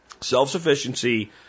Self-sufficiency